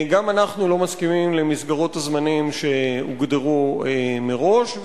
גם אנחנו לא מסכימים למסגרות הזמנים שהוגדרו מראש,